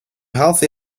healthy